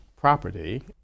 property